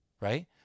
right